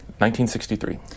1963